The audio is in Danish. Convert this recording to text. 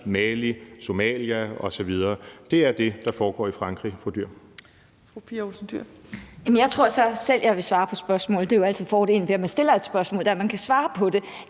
Mali, Somalia osv. Det er det, der foregår i Frankrig, vil jeg